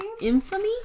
Infamy